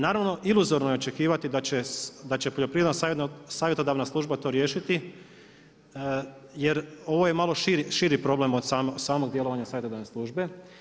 Naravno, iluzorno je očekivati da će Poljoprivredna savjetodavna služba to riješiti jer ovo je malo širi problem od samog djelovanja savjetodavne službe.